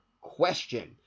question